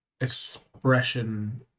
expression